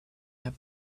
have